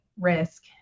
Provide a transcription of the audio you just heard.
risk